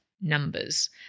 numbers